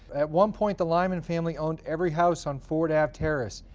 at one point, the lyman family owned every house on ford ave terrace,